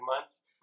months